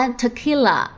,tequila